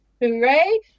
Hooray